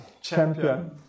champion